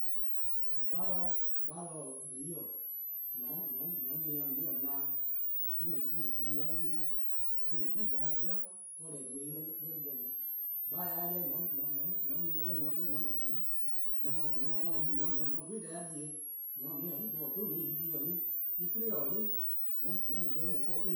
'gbalor-: :blii'-: :mor :on 'ble-ih :on taa-ih na-dih, en-: di-deh+-a 'nyi-a, eh-: 'yli bo-a 'dhu-a, eh-: no-eh 'de en yubo on. 'Gbalor-a 'jeh :mor :on 'ble-ih :mor en :ne 'de :on 'bli :gluun on, :mor :on taa 'de 'yi, :mor :on 'dhu-dih deh-a di-a, :mor :on ta-ih 'yli-eh bo-a 'dhu :on ta-ih dii-deh+-a 'nyi en 'kwli :taa 'yi, :mor :on mu dha :yee' eh no teen.